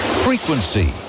Frequency